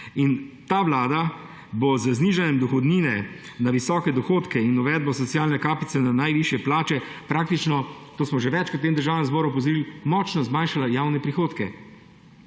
In ta vlada bo z znižanjem dohodnine na visoke dohodke in uvedbo socialne kapice na najvišje plače praktično, to smo že večkrat v tem državnem zboru opozorili, močno zmanjšala javne prihodke,